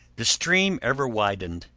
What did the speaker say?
the stream ever widened,